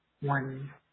One